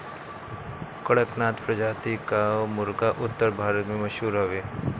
कड़कनाथ प्रजाति कअ मुर्गा उत्तर भारत में मशहूर हवे